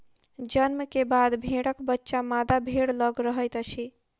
जन्म के बाद भेड़क बच्चा मादा भेड़ लग रहैत अछि